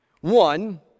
One